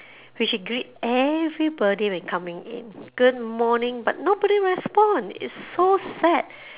which he greet everybody when coming in good morning but nobody respond it's so sad